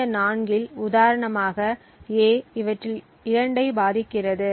இந்த நான்கில் உதாரணமாக A இவற்றில் இரண்டைப் பாதிக்கிறது